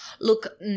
Look